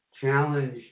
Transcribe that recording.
challenge